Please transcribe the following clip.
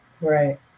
right